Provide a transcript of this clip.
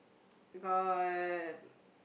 got